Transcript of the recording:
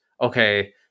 okay